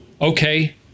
Okay